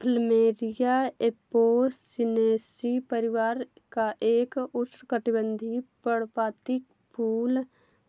plumeria Apocynaceae परिवार का एक उष्णकटिबंधीय, पर्णपाती फूल